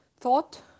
thought